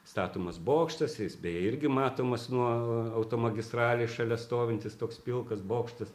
statomas bokštas jis beje irgi matomas nuo automagistralės šalia stovintis toks pilkas bokštas